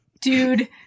Dude